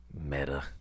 Meta